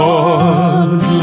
Lord